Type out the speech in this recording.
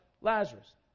Lazarus